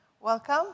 welcome